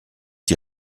die